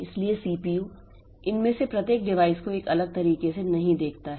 इसलिए सीपीयू इनमें से प्रत्येक डिवाइस को एक अलग तरीके से नहीं देखता है